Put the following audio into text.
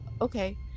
okay